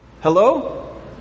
Hello